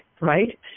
right